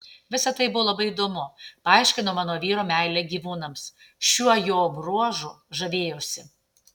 visa tai man buvo labai įdomu paaiškino mano vyro meilę gyvūnams šiuo jo bruožu žavėjausi